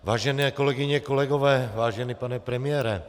Vážené kolegyně, kolegové, vážený pane premiére.